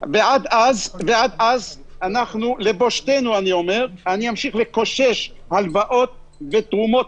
עד אז לבושתנו אני אמשיך לקושש הלוואות ותרומות